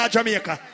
Jamaica